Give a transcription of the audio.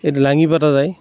এই লাঙি পতা যায়